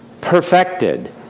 perfected